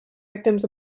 victims